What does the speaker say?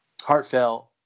heartfelt